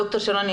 דוקטור שרון,